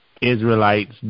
Israelites